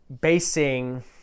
basing